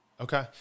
Okay